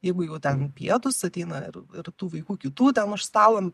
jeigu jau ten pietūs ateina ir ir tų vaikų kitų ten už stalo